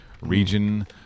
region